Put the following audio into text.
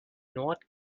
north